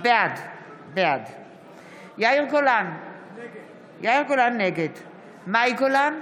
בעד יאיר גולן, נגד מאי גולן,